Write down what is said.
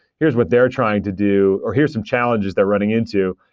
here's what they're trying to do, or here's some challenges they're running into,